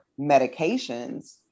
medications